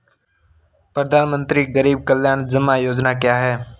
प्रधानमंत्री गरीब कल्याण जमा योजना क्या है?